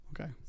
okay